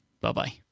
Bye-bye